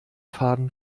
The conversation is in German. faden